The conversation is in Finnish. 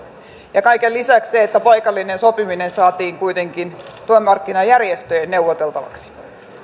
ja kaiken lisäksi paikallinen sopiminen saatiin kuitenkin työmarkkinajärjestöjen neuvoteltavaksi